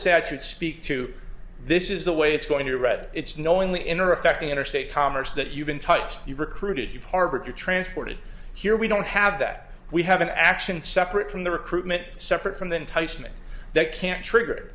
statute speak to this is the way it's going to read it's knowingly in or affecting interstate commerce that you've been touched you've recruited you've harbored you transported here we don't have that we have an action separate from the recruitment separate from the enticement that can't trigger